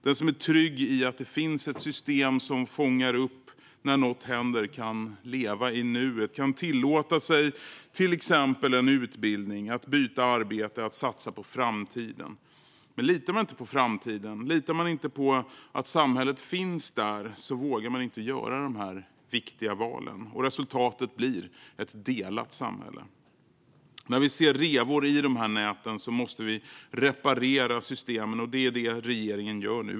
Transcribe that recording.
Den som är trygg i att det finns ett system som fångar upp om något händer kan leva i nuet, kan tillåta sig till exempel en utbildning, att byta arbete, att satsa på framtiden. Men litar man inte på framtiden och på att samhället finns där vågar man inte göra de här viktiga valen. Resultatet blir ett delat samhälle. När vi ser revor i näten måste vi reparera systemen, och det är det regeringen gör nu.